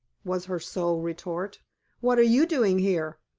was her sole retort what are you doing here?